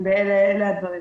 אלה הדברים.